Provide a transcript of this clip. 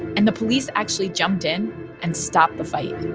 and the police actually jumped in and stopped the fight